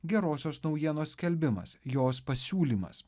gerosios naujienos skelbimas jos pasiūlymas